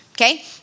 okay